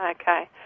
Okay